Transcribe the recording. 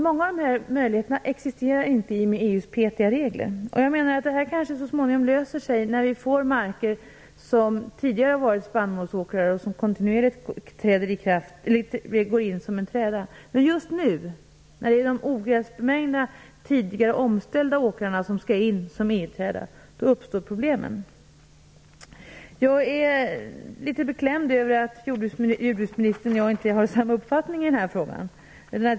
Många av dessa möjligheter existerar inte i och med EU:s petiga regler. Det kanske löser sig så småningom när marker som tidigare har varit spannmålsåkrar kontinuerligt läggs i träda, men just nu är det de ogräsbemängda tidigare omställda åkrarna som skall in som EU-träda. Då uppstår problemen. Jag är litet beklämd över att jordbruksministern och jag inte har samma uppfattning i denna fråga.